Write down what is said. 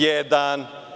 Jedan.